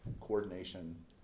coordination